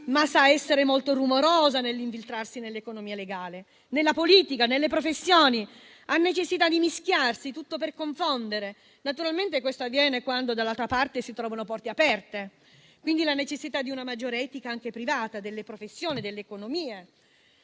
ma sa essere molto rumorosa nell'infiltrarsi nell'economia legale, nella politica, nelle professioni. Ha necessità di mischiarsi, tutto per confondere: naturalmente questo avviene quando dall'altra parte si trovano porte aperte. Quindi, vi è la necessità di una maggiore etica, anche privata, delle professioni e dell'economia.